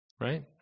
Right